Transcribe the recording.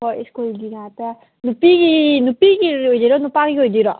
ꯍꯣꯏ ꯁ꯭ꯀꯨꯜꯒꯤ ꯉꯥꯛꯇ ꯅꯨꯄꯤꯒꯤ ꯅꯨꯄꯤꯒꯤ ꯑꯣꯏꯗꯣꯏꯔ ꯅꯨꯄꯥꯒꯤ ꯑꯣꯏꯗꯣꯏꯔ